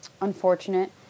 unfortunate